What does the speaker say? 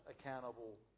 accountable